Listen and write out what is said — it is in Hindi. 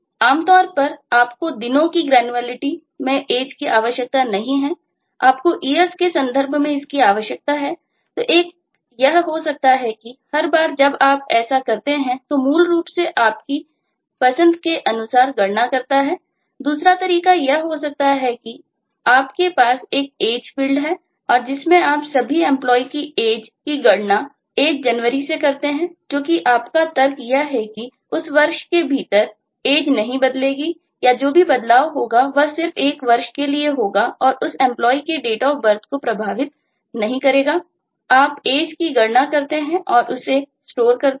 आमतौर पर आपको दिनों की ग्रैन्युलैरिटी करते हैं